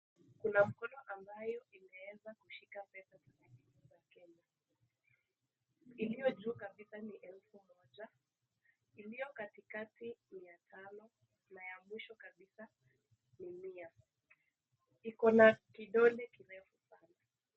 Kuna mkono ambayo imeweza kushika pesa za noti za Kenya. Iliyo juu kabisa ni elfu moja, iliyo katikati mia tano, na ya mwisho kabisa ni mia. Iko na kidole kirefu sana.